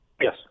yes